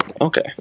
Okay